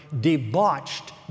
debauched